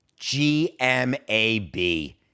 GMAB